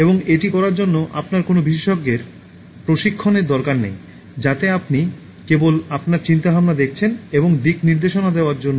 এবং এটি করার জন্য আপনার কোনও বিশেষজ্ঞের প্রশিক্ষণের দরকার নেই যাতে আপনি কেবল আপনার চিন্তাভাবনা দেখছেন এবং দিকনির্দেশনা দেওয়ার জন্য